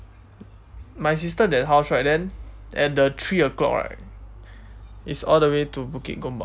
my sister that house right then at the three o'clock right is all the way to bukit-gombak